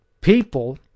people